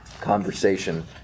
conversation